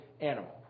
animal